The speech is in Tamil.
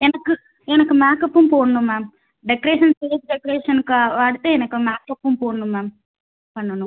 எனக்கு எனக்கு மேக்கப்பும் போடணும் மேம் டெக்கரேஷன் ஸ்டேஜ் டெக்கரேஷனுக்கு அடுத்து எனக்கு மேக்கப்பும் போடணும் மேம் பண்ணணும்